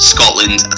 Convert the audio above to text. Scotland